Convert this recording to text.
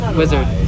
wizard